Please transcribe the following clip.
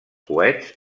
coets